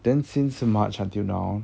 then since march until now